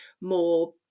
more